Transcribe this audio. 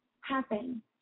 happen